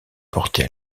portés